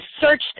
searched